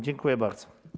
Dziękuję bardzo.